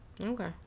Okay